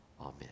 Amen